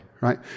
Right